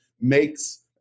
makes